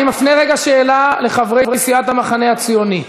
אני מפנה רגע שאלה לחברי סיעת המחנה הציוני: